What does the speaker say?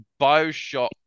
Bioshock